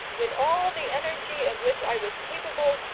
with all the energy of which i was capable,